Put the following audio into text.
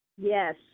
Yes